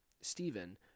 Stephen